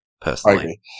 personally